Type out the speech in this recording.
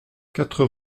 quatre